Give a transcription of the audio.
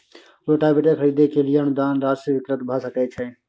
Rotavator खरीदे के लिए अनुदान राशि स्वीकृत भ सकय छैय?